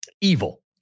evil